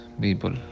people